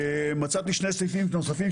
מצאתי שני סעיפים נוספים.